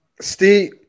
Steve